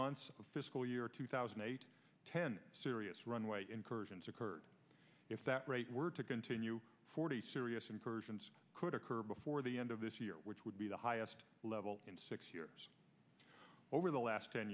months of fiscal year two thousand and eight ten serious runway incursions occurred if that rate were to continue forty serious incursions could occur before the end of this year which would be the highest level in six years over the last ten